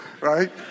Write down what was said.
right